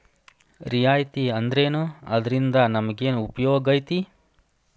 ರಿಯಾಯಿತಿ ಅಂದ್ರೇನು ಅದ್ರಿಂದಾ ನಮಗೆನ್ ಉಪಯೊಗೈತಿ?